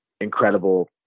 incredible